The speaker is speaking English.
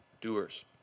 doers